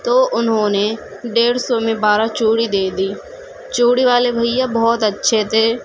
تو انہوں نے ڈیڑھ سو میں بارہ چوڑی دے دی چوڑی والے بھیا بہت اچھے تھے